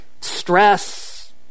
stress